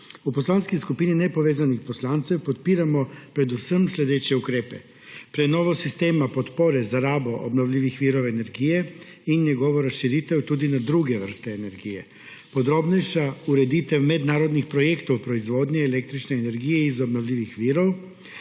V Poslanski skupini nepovezanih poslancev podpiramo predvsem naslednje ukrepe: prenovo sistema podpore za rabo obnovljivih virov energije in njegovo razširitev tudi na druge vrste energije; podrobnejšo ureditev mednarodnih projektov v proizvodnji električne energije iz obnovljivih virov;